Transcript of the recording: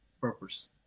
purpose